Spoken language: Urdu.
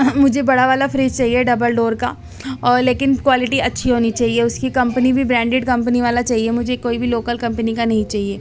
مجھے بڑا والا فریج چاہیے ڈبل ڈور کا اور لیکن کوالٹی اچھی ہونی چاہیے اس کی کمپنی بھی بیرنڈیڈ کمپنی والا چاہیے مجھے کوئی بھی لوکل کمپںی کا نہیں چاہیے